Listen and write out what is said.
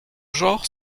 genre